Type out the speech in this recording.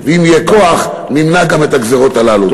ואם יהיה כוח נמנע גם את הגזירות הללו.